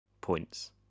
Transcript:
points